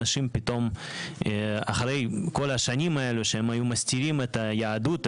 אנשים פתאום אחרי כל השנים האלה שהם הסתירו את היהדות,